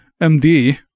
MD